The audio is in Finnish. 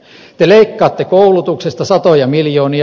te leikkaatte koulutuksesta satoja miljoonia